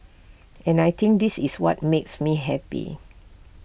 and I think this is what makes me happy